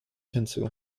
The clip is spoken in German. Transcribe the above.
hinzu